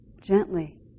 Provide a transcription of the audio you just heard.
gently